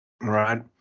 right